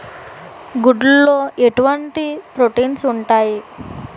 గుడ్లు లో ఎటువంటి ప్రోటీన్స్ ఉంటాయి?